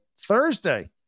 Thursday